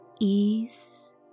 ease